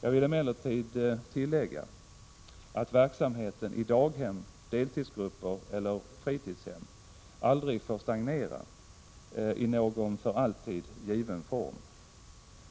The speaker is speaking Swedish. Jag vill emellertid tillägga att verksamheten i daghem, deltidsgrupper eller fritidshem aldrig får stagnera i någon för alltid given form.